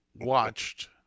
watched